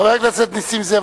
חבר הכנסת נסים זאב,